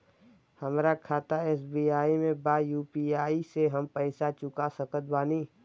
हमारा खाता एस.बी.आई में बा यू.पी.आई से हम पैसा चुका सकत बानी?